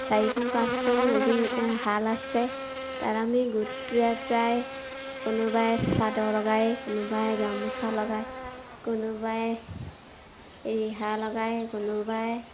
চাৰিখন পাঁচখন উইভিং শাল আছে তাত আমি গোটটোৱে প্ৰায় কোনোবাই চাদৰ লগাই কোনোবাই গামোচা লগায় কোনোবাই ৰিহা লগাই কোনোবাই